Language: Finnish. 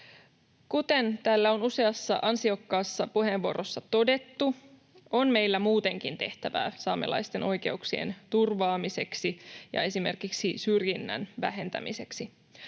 Kuten täällä on useassa ansiokkaassa puheenvuorossa todettu, on meillä muutenkin tehtävää saamelaisten oikeuksien turvaamiseksi ja esimerkiksi syrjinnän vähentämiseksi.